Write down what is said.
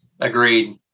agreed